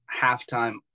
halftime